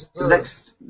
Next